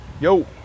Yo